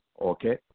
Okay